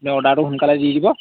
অৰ্ডাৰটো সোনকালে দি দিব